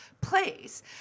place